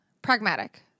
Pragmatic